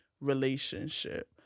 relationship